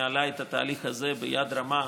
שניהלה את התהליך הזה ביד רמה.